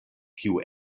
kiu